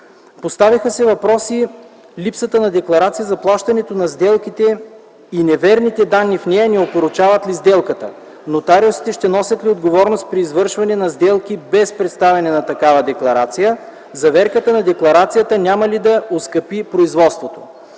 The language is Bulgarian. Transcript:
Поставиха се въпроси липсата на декларация за плащането по сделката и неверните данни в нея не опорочават ли сделката? Нотариусите ще носят ли отговорност при извършване на сделки без представяне на такава декларация? Заверката на декларацията няма ли да оскъпи производството?